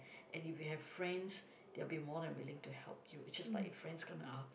and if you have friends they'll be more than willing to help you it's just like friends come up